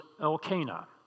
Elkanah